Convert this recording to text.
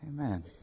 Amen